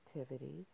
activities